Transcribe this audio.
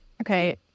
okay